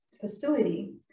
facility